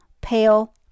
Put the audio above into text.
pale